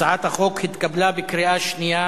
הצעת החוק התקבלה בקריאה שנייה